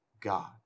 God